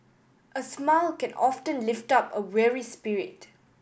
a smile can often lift up a weary spirit